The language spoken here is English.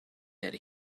that